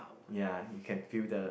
ya you can feel the